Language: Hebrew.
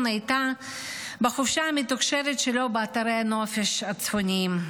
הייתה בחופשה המתוקשרת שלו באתרי הנופש הצפוניים.